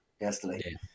yesterday